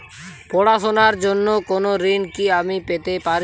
পড়াশোনা র জন্য কোনো ঋণ কি আমি পেতে পারি?